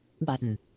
button